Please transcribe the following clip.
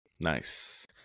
Nice